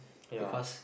ya